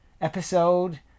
episode